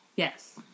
Yes